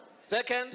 second